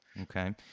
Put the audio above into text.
Okay